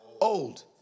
old